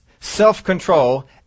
self-control